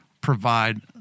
provide